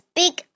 big